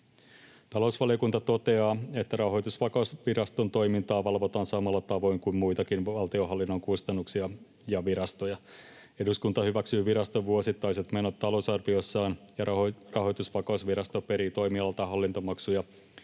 Talousvaliokunta toteaa, että Rahoitusvakausviraston toimintaa valvotaan samalla tavoin kuin muitakin valtionhallinnon kustannuksia ja virastoja. Eduskunta hyväksyy viraston vuosittaiset menot talousarviossaan, ja Rahoitusvakausvirasto perii toimialalta hallintomaksuja